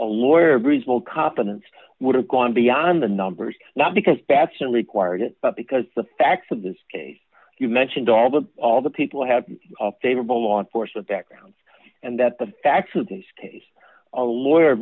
a lawyer bridgeville confidence would have gone beyond the numbers not because batson required it but because the facts of this case you mentioned all the all the people have a favorable law enforcement background and that the facts of this case a lawyer